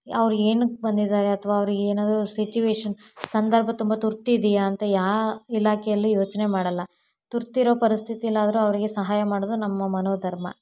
ಅವ್ರು ಏನಕ್ಕೆ ಬಂದಿದ್ದಾರೆ ಅಥವಾ ಅವ್ರು ಏನಾದ್ರೂ ಸಿಚುವೇಷನ್ ಸಂದರ್ಭ ತುಂಬ ತುರ್ತು ಇದೆಯಾ ಅಂತ ಯಾವ ಇಲಾಖೆಯಲ್ಲೂ ಯೋಚನೆ ಮಾಡೋಲ್ಲ ತುರ್ತು ಇರೋ ಪರಿಸ್ಥಿತಿಯಲ್ಲಾದ್ರೂ ಅವರಿಗೆ ಸಹಾಯ ಮಾಡೋದು ನಮ್ಮ ಮನೋಧರ್ಮ